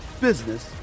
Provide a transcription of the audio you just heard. business